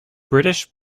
british